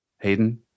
Hayden